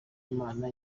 imana